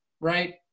right